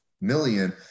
million